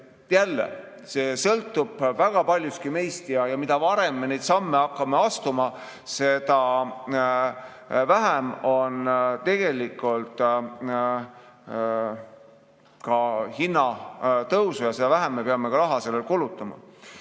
Jälle, see sõltub väga paljuski meist. Mida varem me neid samme hakkame astuma, seda vähem on tegelikult ka hinnatõusu ja seda vähem me peame raha sellele kulutama.